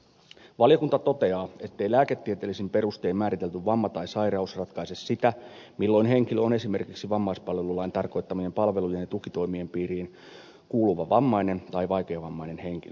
valiokunta toteaa ettei lääketieteellisin perustein määritelty vamma tai sairaus ratkaise sitä milloin henkilö on esimerkiksi vammaispalvelulain tarkoittamien palvelujen ja tukitoimien piiriin kuuluva vammainen tai vaikeavammainen henkilö